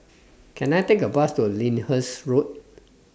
Can I Take A Bus to Lyndhurst Road